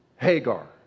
Hagar